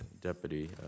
Deputy